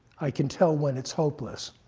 i can tell when it's hopeless.